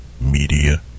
Media